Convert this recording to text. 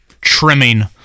trimming